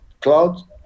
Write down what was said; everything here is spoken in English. cloud